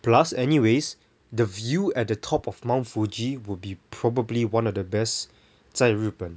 plus anyways the view at the top of mount fuji would be probably one of the best 在日本